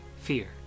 fear